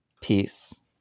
Peace